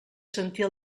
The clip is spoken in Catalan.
sentir